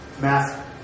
math